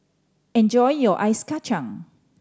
enjoy your Ice Kachang